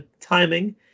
timing